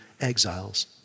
exiles